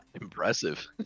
Impressive